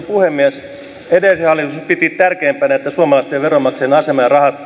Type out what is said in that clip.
puhemies edellinen hallitus piti tärkeimpänä että suomalaisten veronmaksajien asema ja rahat